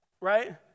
right